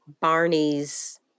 Barney's